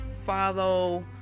follow